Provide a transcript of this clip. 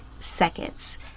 Seconds